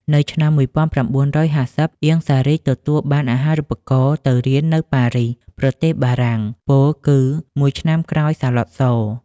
នៅឆ្នាំ១៩៥០ អៀង សារី ទទួលបានអាហារូបករណ៍ទៅរៀននៅប៉ារីស ប្រទេសបារាំង ពោលគឺ មួយឆ្នាំក្រោយសាឡុត ស។